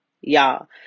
Y'all